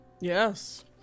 yes